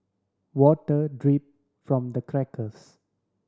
water drip from the cracks